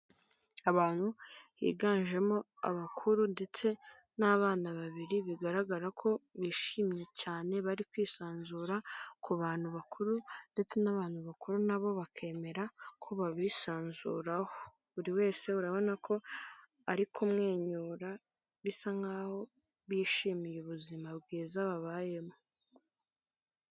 Abantu higanjemo abakuru ndetse n'abana babiri bigaragara ko bishimye cyane bari kwisanzura ku bantu bakuru ndetse n'abantu bakuru nabo bakemera ko babisanzuraho, buri wese urabona ko ari kumwenyura bisa nkaho bishimiye ubuzima bwiza babayemo.